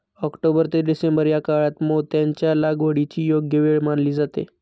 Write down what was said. October ते December या काळात मोत्यांच्या लागवडीची योग्य वेळ मानली जाते